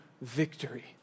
victory